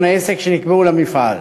שנקבעו למפעל.